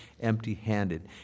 empty-handed